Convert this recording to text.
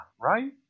right